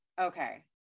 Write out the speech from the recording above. okay